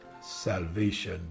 salvation